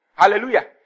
Hallelujah